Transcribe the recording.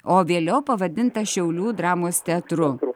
o vėliau pavadintas šiaulių dramos teatru